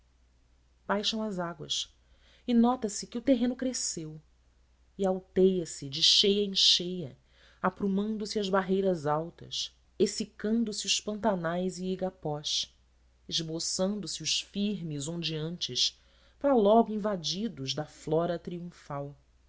baixam as águas e nota-se que o terreno cresceu e alteia se de cheia em cheia aprumando se as barreiras altas exsicando se os pantanais e igapós esboçando se os firmes ondeantes para logo invadidos da flora triunfal